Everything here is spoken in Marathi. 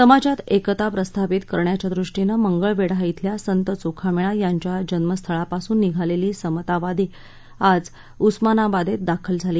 समाजात एकता प्रस्थापित करण्याच्या दृष्टिनं मंगळवेढा श्रिल्या संत चोखामेळा यांच्या जन्मस्थळा पासून निघालेली समतावादी आज उस्मानाबादेत दाखल झाली